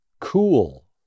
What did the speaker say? cool